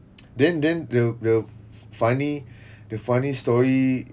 then then the the funny the funny story